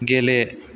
गेले